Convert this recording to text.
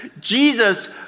Jesus